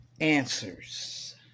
answers